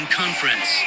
conference